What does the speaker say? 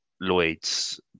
Lloyd's